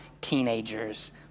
teenagers